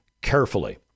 carefully